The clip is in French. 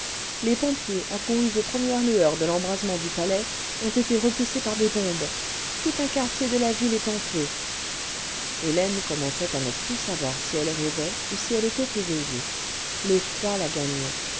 les pompiers accourus aux premières lueurs de l'embrasement du palais ont été repoussés par des bombes tout un quartier de la ville est en feu hélène commençait à ne plus savoir si elle rêvait ou si elle était éveillée l'effroi la gagnait